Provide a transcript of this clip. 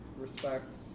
respects